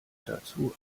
dazu